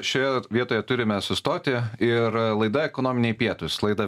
šioje vietoje turime sustoti ir laida ekonominiai pietūs laidą